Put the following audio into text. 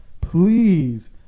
please